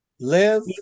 Live